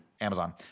Amazon